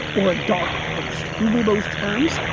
or a dark post. google those terms.